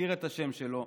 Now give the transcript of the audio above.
הזכיר את השם שלו,